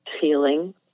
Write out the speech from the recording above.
feeling